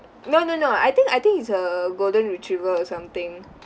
no no no I think I think it's a golden retriever or something